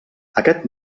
aquest